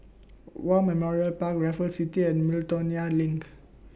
War Memorial Park Raffles City and Miltonia LINK